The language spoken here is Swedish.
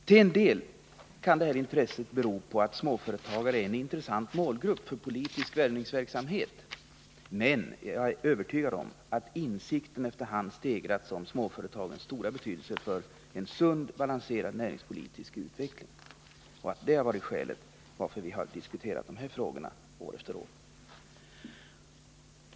Till en del kan detta intresse bero på att småföretagare är en angelägen målgrupp för politisk värvningsverksamhet, men jag är övertygad om att insikten efter hand stegrats om småföretagens stora betydelse för en sund, balanserad näringspolitisk utveckling och att det har varit huvudskälet till att vi diskuterat de här frågorna år efter år.